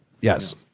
Yes